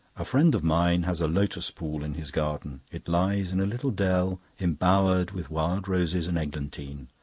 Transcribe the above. a friend of mine has a lotus pool in his garden. it lies in a little dell embowered with wild roses and eglantine,